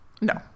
No